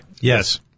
Yes